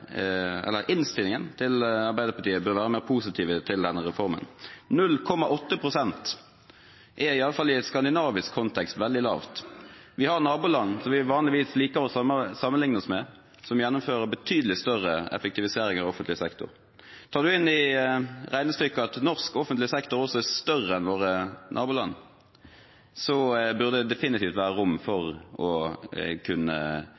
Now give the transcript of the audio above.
til denne reformen. 0,8 pst. er i alle fall i en skandinavisk kontekst veldig lavt. Vi har naboland, som vi vanligvis liker å sammenligne oss med, som gjennomfører betydelig større effektiviseringer av offentlig sektor. Tar man inn i regnestykket at norsk offentlig sektor også er større enn i våre naboland, burde det definitivt være rom for å kunne